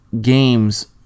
games